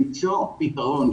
למצוא פתרון.